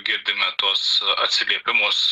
girdime tuos atsiliepimus